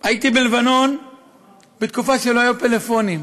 הייתי בלבנון בתקופה שלא היו פלאפונים,